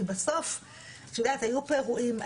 כי בסוף היו פה אירועים,